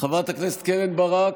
חברת הכנסת קרן ברק,